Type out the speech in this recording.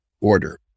order